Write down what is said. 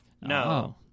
No